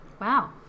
Wow